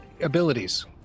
abilities